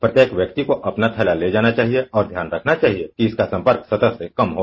प्रत्येक व्यक्ति को अपना थैला ले जाना चाहिए और ध्यान रखना चाहिए कि इसका संपर्क सतह से कम हो